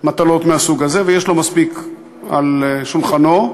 במטלות מהסוג הזה ויש לו מספיק על שולחנו,